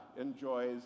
enjoys